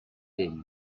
din